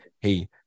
Hey